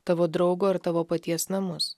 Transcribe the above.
tavo draugo ir tavo paties namus